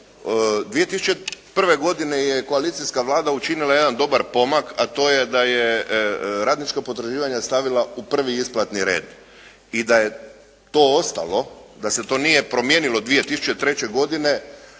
2001. godine je koalicijska Vlada učinila jedan dobar pomak, a to je da je radničko potraživanje stavila u prvi isplatni red i da je to ostalo da se to nije promijenilo 2003. godine